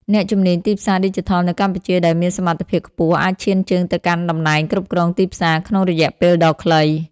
អ្នកជំនាញទីផ្សារឌីជីថលនៅកម្ពុជាដែលមានសមត្ថភាពខ្ពស់ អាចឈានជើងទៅកាន់តំណែងគ្រប់គ្រងទីផ្សារ ក្នុងរយៈពេលដ៏ខ្លី។